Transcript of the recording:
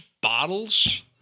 bottles